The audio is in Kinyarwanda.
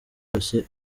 yose